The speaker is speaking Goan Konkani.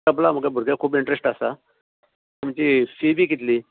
तबलां म्हज्या भुरग्याक खूब इंट्रेस्ट आसा तुमची फी बी कितलीं